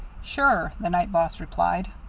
sure, the night boss replied.